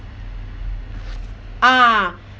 uh